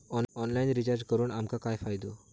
Online recharge करून आमका काय फायदो?